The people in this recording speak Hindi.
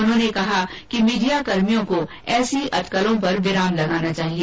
उन्होंने कहा कि मीडियाकर्मियो को ऐसी अटकलों पर विराम लगाना चाहिए